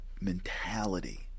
mentality